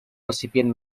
recipient